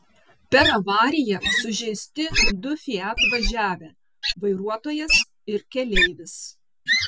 per avariją sužeisti du fiat važiavę vairuotojas ir keleivis